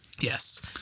Yes